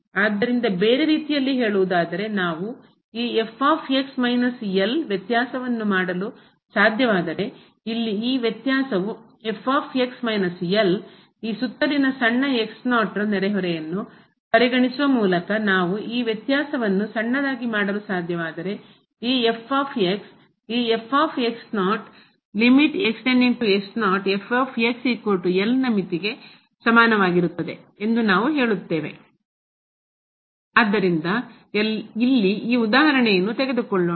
ಆದ್ದರಿಂದ ಬೇರೆ ರೀತಿಯಲ್ಲಿ ಹೇಳುವುದಾದರೆ ನಾವು ಈವ್ಯತ್ಯಾಸವನ್ನು ಮಾಡಲು ಸಾಧ್ಯವಾದರೆ ಇಲ್ಲಿ ಈ ವ್ಯತ್ಯಾಸವು ಈಸುತ್ತಲಿನ ಸಣ್ಣ ನೆರೆಹೊರೆಯನ್ನು ಪರಿಗಣಿಸುವ ಮೂಲಕ ನಾವು ಈ ವ್ಯತ್ಯಾಸವನ್ನು ಸಣ್ಣದಾಗಿ ಮಾಡಲು ಸಾಧ್ಯವಾದರೆ ಈ ಈ ನ ಮಿತಿಗೆ ಸಮಾನವಾಗಿರುತ್ತದೆ ಎಂದು ನಾವು ಹೇಳುತ್ತೇವೆ ಆದ್ದರಿಂದ ಇಲ್ಲಿ ಈ ಉದಾಹರಣೆಯನ್ನು ತೆಗೆದುಕೊಳ್ಳೋಣ